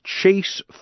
chase